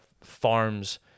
farms